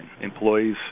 Employees